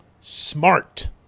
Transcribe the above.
smart